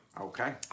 Okay